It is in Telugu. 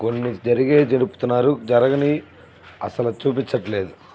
కొన్ని జరిగే జరుపుతున్నారు జరగనివి అసల చూపిచడంలేదు